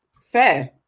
fair